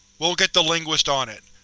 we'll get the linguists on it.